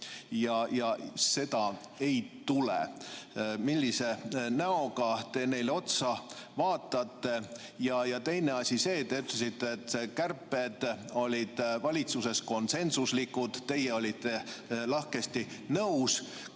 Ja seda ei tule. Millise näoga te neile otsa vaatate? Ja teine asi. Te ütlesite, et kärped olid valitsuses konsensuslikud, teie olite lahkesti nõus.